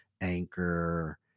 anchor